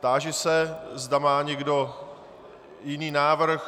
Táži se, zda má někdo jiný návrh...